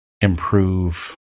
improve